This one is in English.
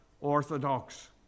orthodox